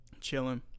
Chilling